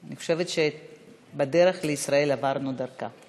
אני חושבת שבדרך לישראל עברנו דרכה.